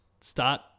start